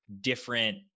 different